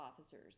officers